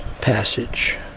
passage